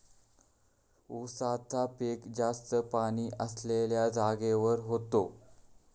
उसाचा पिक जास्त पाणी असलेल्या जागेवर होता